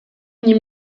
nie